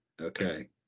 Okay